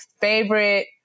favorite